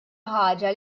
ħaġa